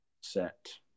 set